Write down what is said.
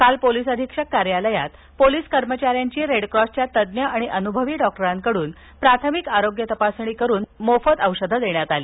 काल पोलिस अधिक्षक कार्यालयात पोलिस कर्मचाऱ्यांची रेडक्राँसच्या तज्ज्ञ आणि अनुभवी डॉक्टरांकडून प्राथमिक आरोग्य तपासणी करून मोफत औषधे देण्यात आली